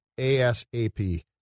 ASAP